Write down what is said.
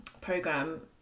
program